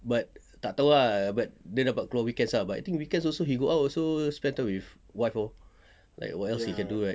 but tak tahu ah but dia dapat keluar weekends ah but I think weekends also he go out also spend time with wife orh like what else he can do right